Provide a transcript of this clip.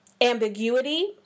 ambiguity